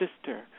sister